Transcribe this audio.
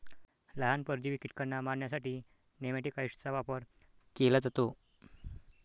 लहान, परजीवी कीटकांना मारण्यासाठी नेमॅटिकाइड्सचा वापर केला जातो